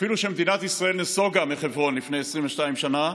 אפילו שמדינת ישראל נסוגה מחברון לפני 22 שנה,